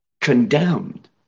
condemned